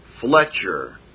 Fletcher